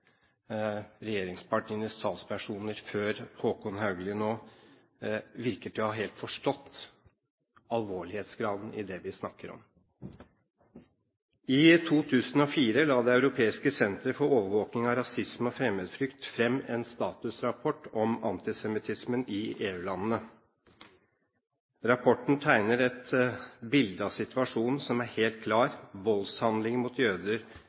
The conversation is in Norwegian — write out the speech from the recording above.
regjeringspartienes talspersoner – før Håkon Haugli nå – helt har forstått alvorlighetsgraden i det vi snakker om. I 2004 la Det europeiske senter for overvåking av rasisme og fremmedfrykt fram en statusrapport om antisemittismen i EU-landene. Rapporten tegner et bilde av situasjonen som er helt klart: Voldshandlinger mot jøder